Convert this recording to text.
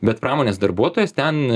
bet pramonės darbuotojas ten